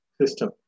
system